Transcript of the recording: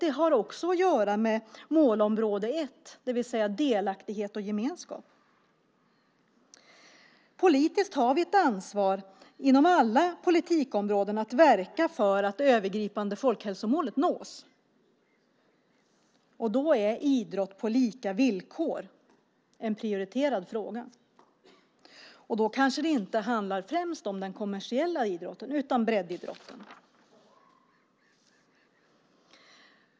Den har också att göra med målområde 1, det vill säga delaktighet och gemenskap. Politiskt har vi ett ansvar inom alla politikområden att verka för att det övergripande folkhälsomålet nås. Då är idrott på lika villkor en prioriterad fråga. Då kanske det inte främst handlar om den kommersiella idrotten utan om breddidrotten.